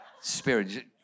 Spirit